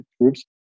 groups